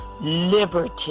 liberty